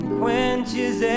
quenches